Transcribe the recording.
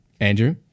andrew